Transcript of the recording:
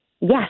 Yes